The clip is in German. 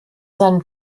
seinem